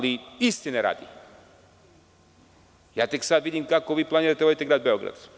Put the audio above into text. Istine radi, tek sada vidim kako planirate da vodite Grad Beograd.